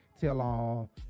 tell-all